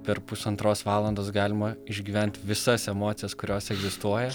per pusantros valandos galima išgyvent visas emocijas kurios egzistuoja